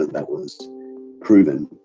that that was proven